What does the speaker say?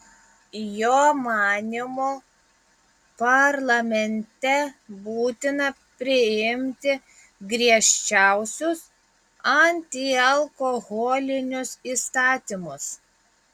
jo manymu parlamente būtina priimti griežčiausius antialkoholinius įstatymus